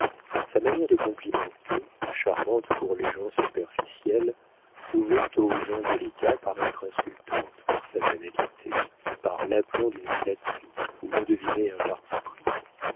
sa manière de complimenter charmante pour les gens superficiels pouvait aux gens délicats paraître insultante par sa banalité par l'aplomb d'une flatterie où l'on devinait un parti pris